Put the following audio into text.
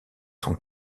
son